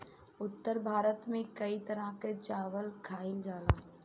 उत्तर भारत में कई तरह के चावल खाईल जाला